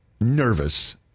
nervous